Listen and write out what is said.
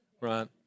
right